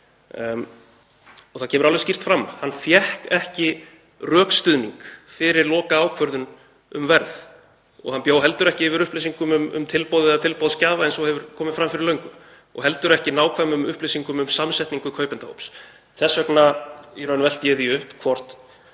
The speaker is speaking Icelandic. Það kemur alveg skýrt fram að hann fékk ekki rökstuðning fyrir lokaákvörðun um verð og hann bjó heldur ekki yfir upplýsingum um tilboð eða tilboðsgjafa eins og hefur komið fram fyrir löngu og heldur ekki nákvæmum upplýsingum um samsetningu kaupendahópsins. Þess vegna velti ég því upp hvort